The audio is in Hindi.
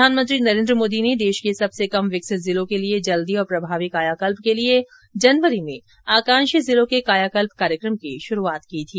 प्रधानमंत्री नरेन्द्र मोदी ने देश के सबसे कम विकसित जिलों के जल्दी और प्रभावी कायाकल्प के लिए जनवरी में आकांक्षी जिलों के कायाकल्प कार्यक्रम की शुरूआत की थी